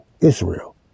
Israel